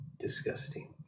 Disgusting